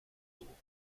dugu